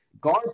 guard